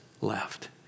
left